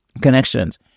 connections